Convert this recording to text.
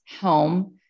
home